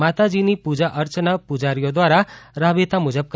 માતાજીની પૂજા અર્ચના પૂજારીઓ દ્રારા રાબેતા મુજબ કરાશે